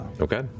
Okay